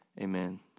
Amen